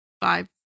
five